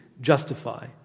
justify